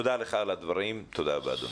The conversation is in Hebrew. תודה לך על הדברים, תודה רבה אדוני.